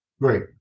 great